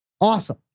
awesome